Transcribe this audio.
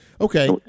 Okay